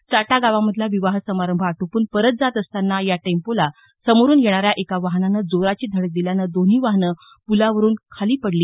चाटा गावामधला विवाह समारंभ आटोपून परत जात असतांना या टेम्पोला समोरून येणाऱ्या एका वाहनानं जोराची धडक दिल्यानं दोन्ही वाहनं पुलावरून खाली पडली